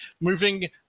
moving